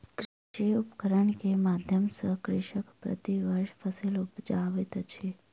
कृषि उपकरण के माध्यम सॅ कृषक प्रति वर्ष फसिल उपजाबैत अछि